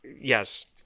yes